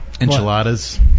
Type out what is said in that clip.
Enchiladas